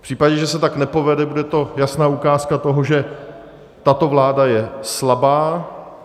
V případě, že se tak nepovede, bude to jasná ukázka toho, že tato vláda je slabá.